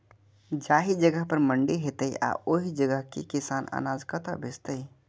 जाहि जगह पर मंडी हैते आ ओहि जगह के किसान अनाज कतय बेचते?